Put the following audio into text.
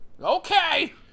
Okay